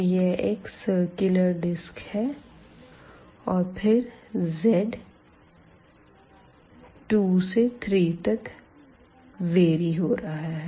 तो यह एक सिरकुलर डिस्क है और फिर zभी 2 से 3 तक वेरी हो रहा है